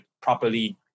properly